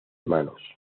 manos